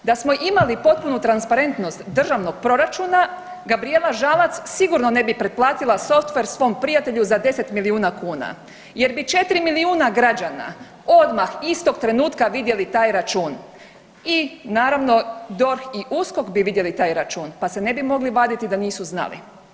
Da smo imali potpunu transparentnost državnog proračuna, Gabrijela Žalac sigurno ne bi preplatila softver svom prijatelju za 10 milijuna kuna jer bi 4 milijuna građana odmah istog trenutka vidjeli taj račun i naravno, DORH i USKOK bi vidjeli taj račun pa se ne bi mogli vaditi da nisu znali.